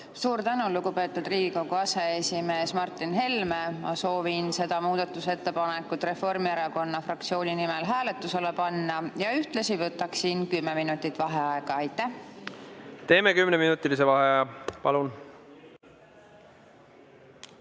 Suur tänu, lugupeetud Riigikogu aseesimees Martin Helme! Ma soovin selle muudatusettepaneku Reformierakonna fraktsiooni nimel hääletusele panna ja ühtlasi võtaksin kümme minutit vaheaega. Teeme kümneminutilise vaheaja. Palun!V